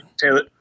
Taylor